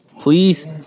please